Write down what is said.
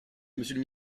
monsieur